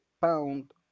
pound